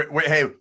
Hey